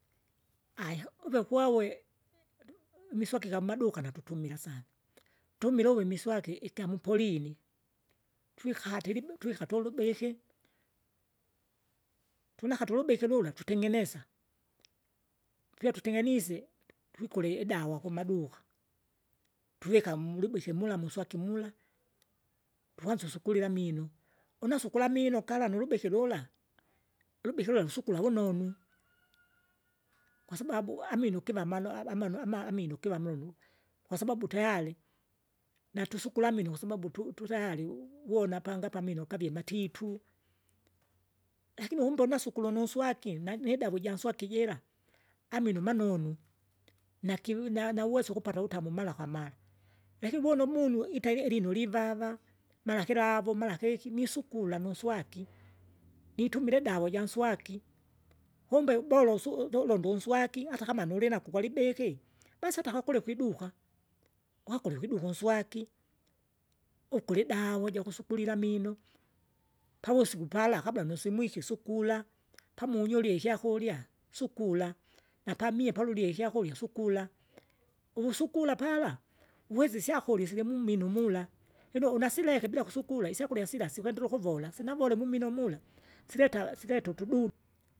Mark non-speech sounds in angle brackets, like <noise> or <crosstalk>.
Aya uve kwewe, <hesitation> imiswaki gyamamduka natutumila sana, tumila uve imiswaki igyamupoloni, twikatile ibe twikatwe ulubiki. Tunakata ulubiki lula tutengenesa, pia tutengenise, twikule idawa kumaduka, tuvika mulwibiki mula muswaki mula, tuwanza usugulila amino, unasugule amino gala nulubiki lula, ulikiki lula lusukula vunonu, <noise> kwasababu amino ukiwva amalo amano ama amino ukiva mulunu. Kwasababu tayare natusukura amaino kwasababu tu- tuyari uvona panga apa amino gavie matitu. Lakini umbonosye ukulo nuswaki, na nidawa ijanswaki jira, amino manonu nakiw- na- na uwesa utamu mara kwamara, lakini uvuna umunu iteri ilino livava, mara kilavu, mara keke, nisukula nunswaki, nitumile idawa janswaki, kumbe bora usu uzulonda unswaki hatakama nulinako ugwalibiki, basa hata kakole kwiduka. Gwakule kwiduka unswaki, ukula idawa ijakusukulila amino, pavusiku pala kabla nusimwike isukula, pamunyu ulye ikyakurya, sukula, napamie palulie ikyakurya sukura. Uvusukula pala, uwesa isyakurya silimumino mula, lino unasileka bila kusukula isyakurya sila sikwendelea ukuvola sinavola mumino mula sileta sileta.